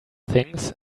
things